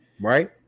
right